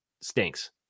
Stinks